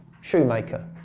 Shoemaker